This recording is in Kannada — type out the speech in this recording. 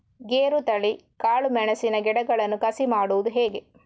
ಗೇರುತಳಿ, ಕಾಳು ಮೆಣಸಿನ ಗಿಡಗಳನ್ನು ಕಸಿ ಮಾಡುವುದು ಹೇಗೆ?